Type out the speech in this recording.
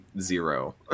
zero